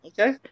Okay